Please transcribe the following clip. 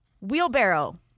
Wheelbarrow